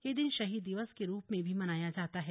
यह दिन शहीद दिवस के रूप में भी मनाया जाता है